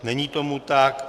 Není tomu tak.